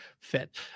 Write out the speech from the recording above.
fit